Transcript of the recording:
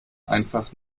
einfach